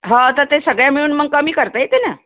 ह तर ते सगळं मिळून मग कमी करता येते ना